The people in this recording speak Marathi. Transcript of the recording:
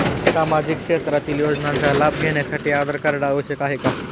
सामाजिक क्षेत्रातील योजनांचा लाभ घेण्यासाठी आधार कार्ड आवश्यक आहे का?